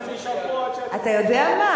אני נשאר פה עד, אתה יודע מה?